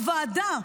הוועדה,